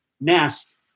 Nest